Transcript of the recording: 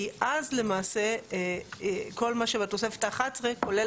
כי למעשה אז כל מה שבתוספת ה-11 כולל